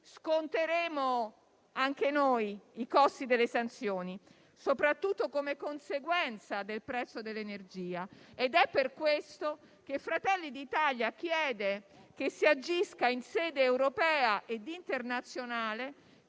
Sconteremo anche noi i costi delle sanzioni, soprattutto come conseguenza del prezzo dell'energia ed è per questo che Fratelli d'Italia chiede che si agisca in sede europea e internazionale